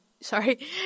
Sorry